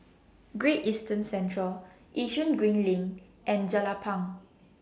Great Eastern Centre Yishun Green LINK and Jelapang